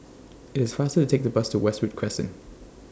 IT IS faster to Take The Bus to Westwood Crescent